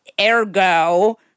Ergo